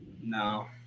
No